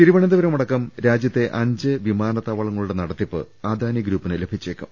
തിരുവനന്തപുരം അടക്കം രാജ്യത്തെ അഞ്ച് വിമാനത്താവളങ്ങ ളുടെ നടത്തിപ്പ് അദാനി ഗ്രൂപ്പിന് ലഭിച്ചേക്കും